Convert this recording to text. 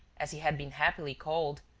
as he has been happily called,